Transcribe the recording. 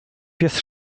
pies